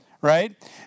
right